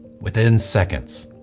within seconds,